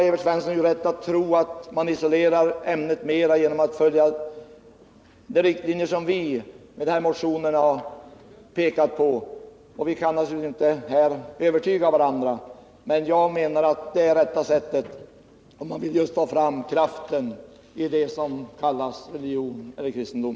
Evert Svensson har rätt att tro att man isolerar ämnet mera genom att följa de riktlinjer som vi har pekat på, och vi kan naturligtvis inte här övertyga varandra. Jag menar att detta är rätta sättet, om man vill ta fram kraften i det som kallas religion eller kristendom.